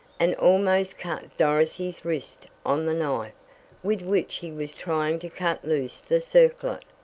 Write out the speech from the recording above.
and almost cut dorothy's wrist on the knife with which he was trying to cut loose the circlet.